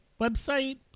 website